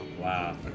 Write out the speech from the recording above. Wow